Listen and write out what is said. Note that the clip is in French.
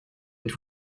êtes